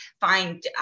find